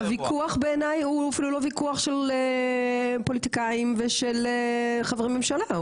הוויכוח בעיניי הוא אפילו לא ויכוח של פוליטיקאים ושל חברי ממשלה,